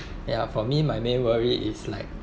ya for me my main worry is like